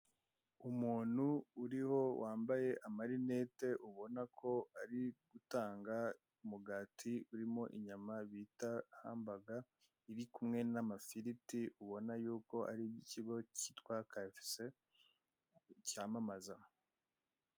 Umuntu uriho wambaye amarinete, ubona ko ari gutanga umugati urimo inyama, bita hambaga, iri kumwe n'amafiriti, ubona yuko ari iby'ikigo cyitwa Karafise, cyamamaza.